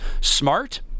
smart